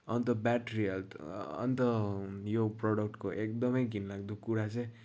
अन्त battery health अन्त यो प्रोडक्टको एकदमै घिनलाग्दो कुरा चाहिँ